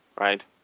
right